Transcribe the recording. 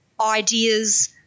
ideas